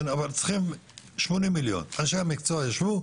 אבל אנשי המקצוע ישבו,